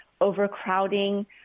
overcrowding